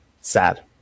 sad